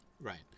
right